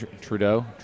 Trudeau